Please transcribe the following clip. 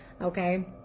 okay